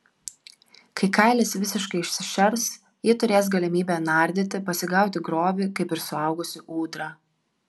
kai kailis visiškai išsišers ji turės galimybę nardyti pasigauti grobį kaip ir suaugusi ūdra